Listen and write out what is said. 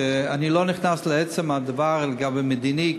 אני לא נכנס לעצם הדבר המדיני,